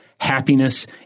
happiness